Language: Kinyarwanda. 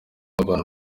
urban